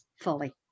fully